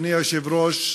אדוני היושב-ראש,